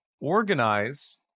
organize